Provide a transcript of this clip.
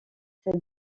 cette